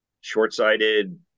short-sighted